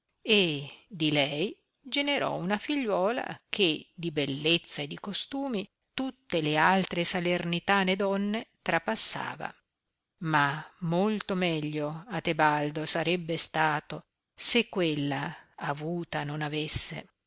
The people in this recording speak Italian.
e di lei generò una figliuola che di bellezza e di costumi tutte le altre salernitane donne trappassava ma molto meglio a tebaldo sarebbe stato se quella avuta non avesse